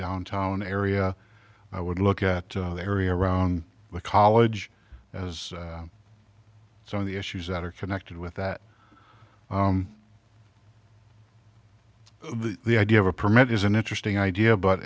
downtown area i would look at the area around the college as it's on the issues that are connected with that the idea of a permit is an interesting idea but